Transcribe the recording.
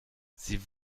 sie